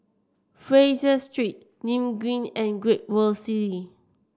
Fraser Street Nim Green and Great World City